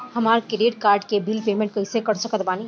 हमार credit card के bill payment कइसे कर सकत बानी?